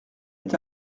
est